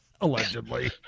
allegedly